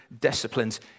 disciplines